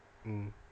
mm